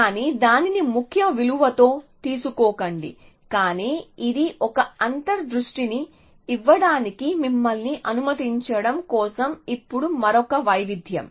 కానీ దానిని ముఖ విలువతో తీసుకోకండి కానీ ఇది ఒక అంతర్ దృష్టిని ఇవ్వడానికి మిమ్మల్ని అనుమతించడం కోసం ఇప్పుడు మరొక వైవిధ్యం